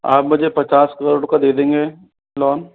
आप मुझे पचास करोड़ का दे देंगे लोन